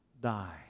die